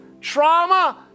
trauma